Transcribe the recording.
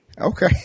Okay